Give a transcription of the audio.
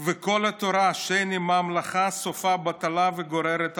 וכל תורה שאין עימה מלאכה, סופה בטלה וגוררת עוון.